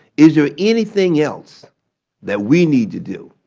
is there anything else that we need to do?